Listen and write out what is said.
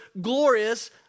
glorious